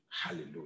Hallelujah